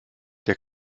der